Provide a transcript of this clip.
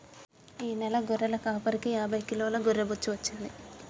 ఈ నెల గొర్రెల కాపరికి యాభై కిలోల గొర్రె బొచ్చు వచ్చింది